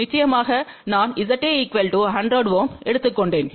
நிச்சயமாக நான் ZA 100 Ω எடுத்துக்கொண்டேன்